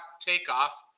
takeoff